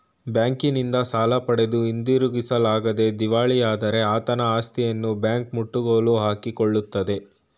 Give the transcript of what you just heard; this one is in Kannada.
ಬ್ಯಾಂಕಿನಿಂದ ಸಾಲ ಪಡೆದು ಹಿಂದಿರುಗಿಸಲಾಗದೆ ದಿವಾಳಿಯಾದರೆ ಆತನ ಆಸ್ತಿಯನ್ನು ಬ್ಯಾಂಕ್ ಮುಟ್ಟುಗೋಲು ಹಾಕಿಕೊಳ್ಳುತ್ತದೆ